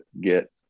get